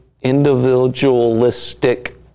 individualistic